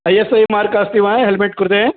यस् ऐ मार्क अस्ति वा हेल्मेट् कृते